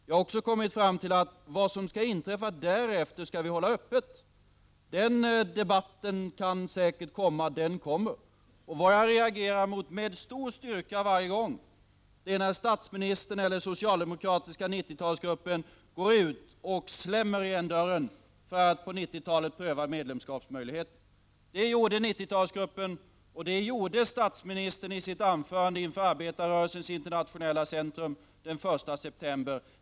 Vi har också kommit fram till att vad som skall inträffa därefter skall hållas öppet. Den debatten kommer säkert. Vad jag reagerar mot med lika stor styrka varje gång är när statsministern eller den socialdemokratiska 90-talsgruppen går ut och slänger igen dörren för att på 90-talet pröva medlemskapsmöjligheten. Det gjorde 90-talsgruppen och det gjorde statsministern i sitt anförande i Arbetarrörelsens internationella centrum den 1 september.